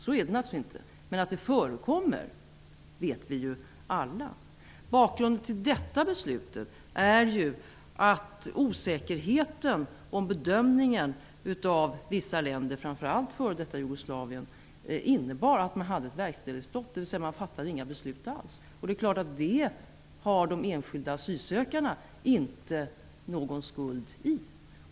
Så är det naturligtvis inte. Men vi vet alla att det förekommer. Bakgrunden till detta beslut är att osäkerheten vid bedömningen av vissa länder, framför f.d. Jugoslavien, innebar att man hade ett verkställighetsstopp, dvs. att man inte fattade några beslut alls. Det har de enskilda asylsökarna naturligtvis inte någon skuld i.